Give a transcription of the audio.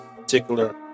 particular